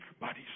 bodies